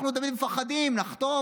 אנחנו תמיד מפחדים לחתום.